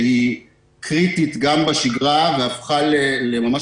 שהיא קריטית גם בשגרה והפכה ממש